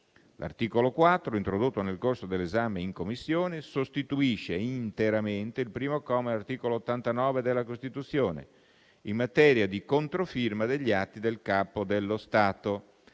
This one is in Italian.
L'articolo 4, introdotto nel corso dell'esame in Commissione, sostituisce interamente il primo comma dell'articolo 89 della Costituzione, in materia di controfirma degli atti del Capo dello Stato,